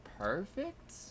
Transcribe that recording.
perfect